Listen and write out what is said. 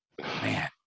man